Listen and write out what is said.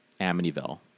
Amityville